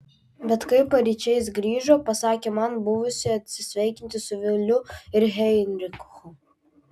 bet kai paryčiais grįžo pasakė man buvusi atsisveikinti su viliu ir heinrichu